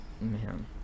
Man